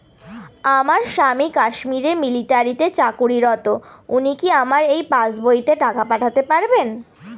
আমার স্বামী কাশ্মীরে মিলিটারিতে চাকুরিরত উনি কি আমার এই পাসবইতে টাকা পাঠাতে পারবেন?